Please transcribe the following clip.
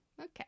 Okay